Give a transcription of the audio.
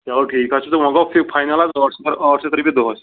چلو ٹھیٖک حظ چھُ تہٕ وۅنۍ گوٚو فاینَل حظ ٲٹھ ٲٹھ شیٚتھ رۄپیہِ دۄہَس